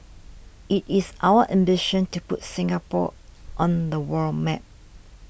it is our ambition to put Singapore on the world map